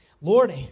Lord